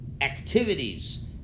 activities